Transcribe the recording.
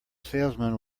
salesman